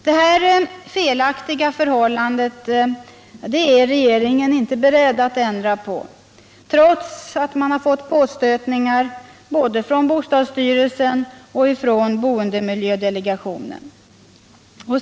Detta felaktiga förhållande är regeringen inte beredd att ändra på trots påstötningar från bostadsstyrelsen och boendemiljödelegationen.